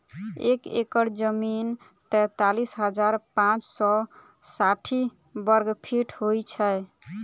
एक एकड़ जमीन तैँतालिस हजार पाँच सौ साठि वर्गफीट होइ छै